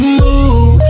move